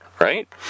Right